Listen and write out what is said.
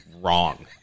wrong